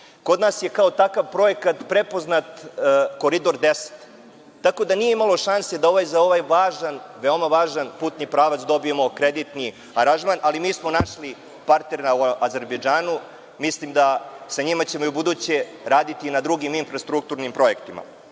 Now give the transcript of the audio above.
nas je kao takav projekat prepoznat Koridor 10, tako da nije imalo šanse da ovaj važan, veoma važan putni pravac dobijemo kreditni aranžman, ali mi smo našli partnera u Azerbejdžanu. Mislim da ćemo sa njima i ubuduće raditi i na drugim infrastrukturnim projektima. Govoreći